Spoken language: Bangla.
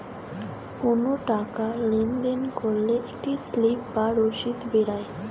কোনো টাকা লেনদেন করলে একটা স্লিপ বা রসিদ বেরোয়